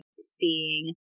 seeing